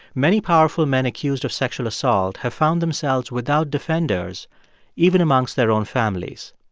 many powerful men accused of sexual assault have found themselves without defenders even amongst their own families.